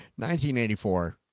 1984